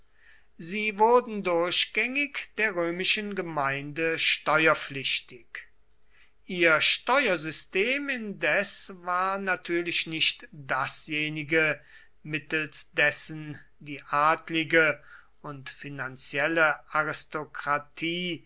sie wurden durchgängig der römischen gemeinde steuerpflichtig ihr steuersystem indes war natürlich nicht dasjenige mittels dessen die adlige und finanzielle aristokratie